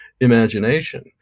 imagination